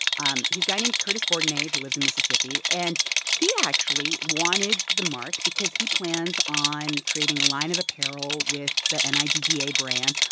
um he's a guy named curtis bordenave. he lives in mississippi. and he actually wanted the mark because he plans on creating a line of apparel with the n i g g a brand.